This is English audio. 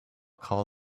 call